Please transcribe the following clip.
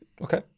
Okay